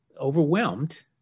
overwhelmed